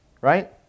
Right